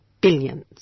Billions